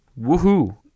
Woohoo